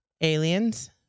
Aliens